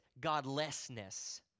godlessness